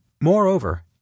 Moreover